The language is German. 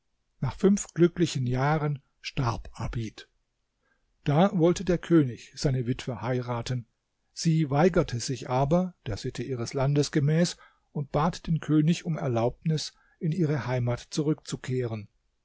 nach fünf glücklichen jahren starb abid da wollte der könig seine witwe heiraten sie weigerte sich aber der sitte ihres landes gemäß und bat den könig um erlaubnis in ihre heimat zurückzukehren